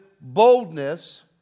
boldness